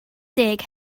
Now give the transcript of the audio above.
deg